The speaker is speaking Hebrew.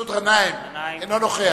אינו נוכח